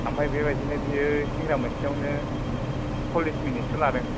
ओमफ्राइ बिबायदिनो बियो सिंग्रा मोनसे आवनो सललिस मिनिटसो लादों